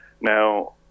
Now